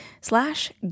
slash